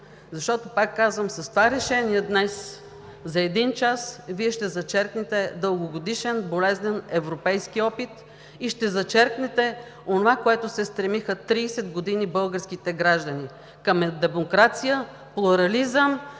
Защото, пак казвам, с това решение днес, за един час Вие ще зачеркнете дългогодишен болезнен европейски опит и ще зачеркнете онова, към което се стремиха 30 години българските граждани – демокрация, плурализъм,